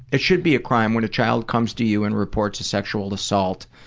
it should be a crime when a child comes to you and reports a sexual assault